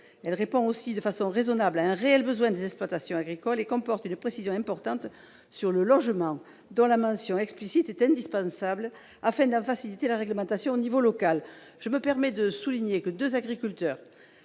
Elle répond aussi de façon raisonnable à un besoin réel des exploitants agricoles et comporte une précision importante sur le logement, dont la mention explicite est indispensable afin d'en faciliter la réglementation au niveau local. Je me permets de souligner que deux agriculteurs